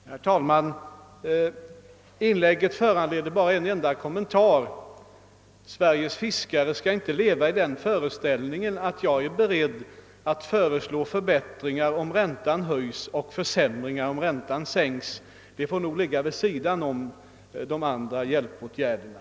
Herr talman! Herr Larssons i Borrby inlägg föranleder bara en enda kommentar. Sveriges fiskare skall inte leva i den föreställningen, att jag är beredd att föreslå förbättringar för dem om räntan höjs och försämringar om räntan sänks. Detta med ränteändringar får nog ligga vid sidan av det vi här diskuterar.